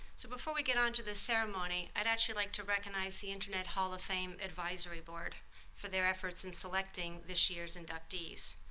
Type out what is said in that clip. so before we get on to the ceremony i'd actually like to recognize the internet hall of fame advisory board for their efforts in selecting this year's inductees.